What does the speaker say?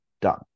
done